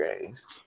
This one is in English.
games